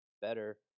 better